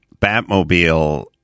Batmobile